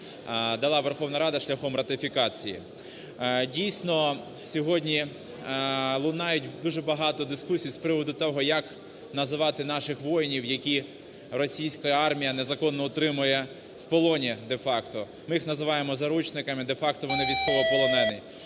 дала Верховна Рада шляхом ратифікації. Дійсно, сьогодні лунають дуже багато дискусій з приводу такого, як називати наших воїнів, яких російська армія незаконно утримує в полоні де-факто. Ми їх називаємо заручниками, де-факто вони військовополонені.